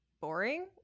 boring